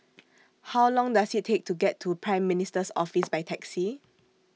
How Long Does IT Take to get to Prime Minister's Office By Taxi